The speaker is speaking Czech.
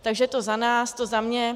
Takže to za nás, to za mě.